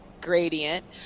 gradient